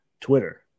Twitter